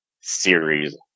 series